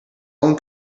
own